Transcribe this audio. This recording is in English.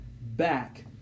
back